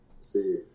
See